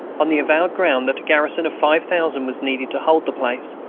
on the avowed ground that a garrison of five thousand was needed to hold the place,